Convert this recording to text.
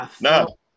No